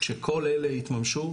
כשכל אלה יתממשו,